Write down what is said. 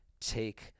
take